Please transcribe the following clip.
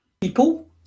People